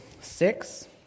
six